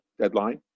deadline